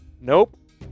Nope